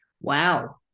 Wow